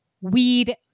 weed